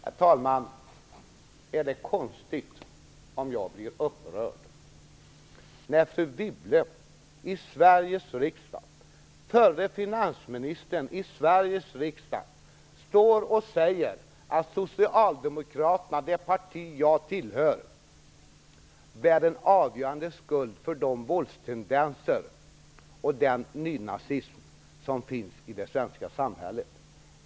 Herr talman! Är det konstigt att jag blir upprörd när fru Wibble, förra finansministern, i Sveriges riksdag står och säger att Socialdemokraterna - det parti som jag tillhör - bär en avgörande skuld när det gäller de våldstendenser och den nynazism som finns i det svenska samhället?